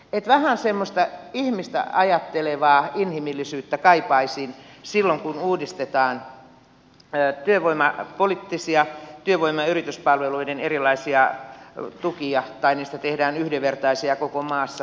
vähän semmoista ihmistä ajattelevaa inhimillisyyttä kaipaisin silloin kun uudistetaan työvoimapoliittisia työvoima ja yrityspalveluiden erilaisia tukia tai niistä tehdään yhdenvertaisia koko maassa